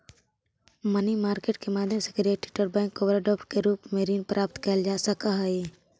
money market के माध्यम से क्रेडिट और बैंक ओवरड्राफ्ट के रूप में ऋण प्राप्त कैल जा सकऽ हई